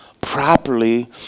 properly